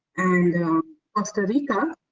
and costa rica,